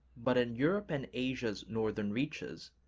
but in europe and asia's northern reaches,